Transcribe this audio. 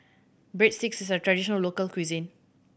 breadsticks is a traditional local cuisine